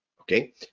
okay